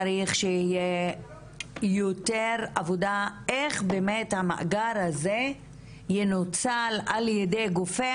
צריך שתהיה יותר עבודה איך באמת המאגר הזה ינוצל על ידי גופי